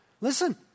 Listen